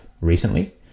recently